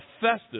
festive